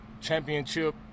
championship